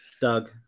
Doug